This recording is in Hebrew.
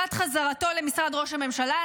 לקראת חזרתו למשרד ראש הממשלה,